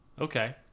Okay